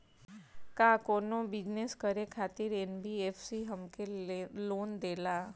का कौनो बिजनस करे खातिर एन.बी.एफ.सी हमके लोन देला?